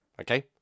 Okay